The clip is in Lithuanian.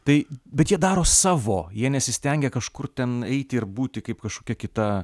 tai bet jie daro savo jie nesistengia kažkur ten eiti ir būti kaip kažkokia kita